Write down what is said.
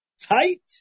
tight